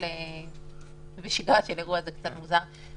איסור על התקהלות בתוך מבנה הוא 20 אנשים,